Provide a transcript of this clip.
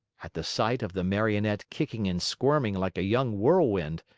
at the sight of the marionette kicking and squirming like a young whirlwind,